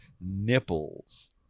nipples